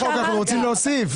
רוצים להוסיף.